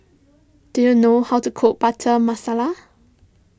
do you know how to cook Butter Masala